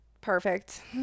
perfect